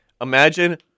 Imagine